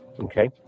Okay